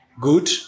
good